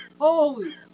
Holy